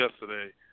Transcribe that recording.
yesterday